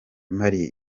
mali